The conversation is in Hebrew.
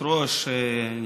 עברה בקריאה ראשונה,